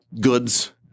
goods